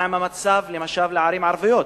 מה המצב למשל בערים ערביות,